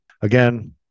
again